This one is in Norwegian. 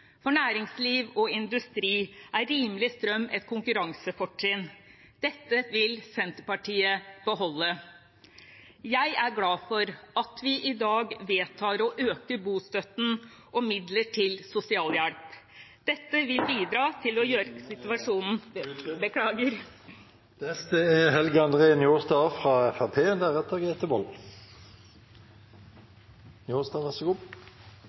For næringsliv og industri er rimelig strøm et konkurransefortrinn. Dette vil Senterpartiet beholde. Jeg er glad for at vi i dag vedtar å øke bostøtten og midler til sosialhjelp. Etter å ha høyrt innlegget frå føregåande talar frå Senterpartiet, er